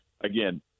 again